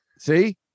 See